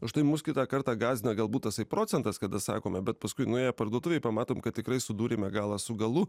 už tai mus kitą kartą gąsdina galbūt tasai procentas kada sakome bet paskui nuėję parduotuvėj pamatom kad tikrai sudūrėme galą su galu